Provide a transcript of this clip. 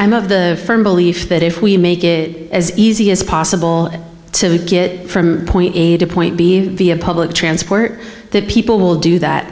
i'm of the firm belief that if we make it as easy as possible to get from point a to point b via public transport that people will do that